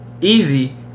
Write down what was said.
easy